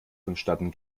vonstatten